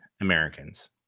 Americans